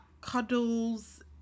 cuddles